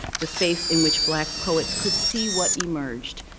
the space, in which black poets could see what emerged,